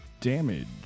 damage